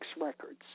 records